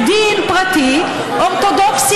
דין רודף,